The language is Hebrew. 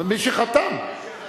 מי שחתם צריך להיות.